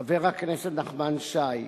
חבר הכנסת נחמן שי,